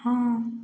हँ